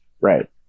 Right